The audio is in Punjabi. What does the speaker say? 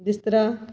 ਬਿਸਤਰਾ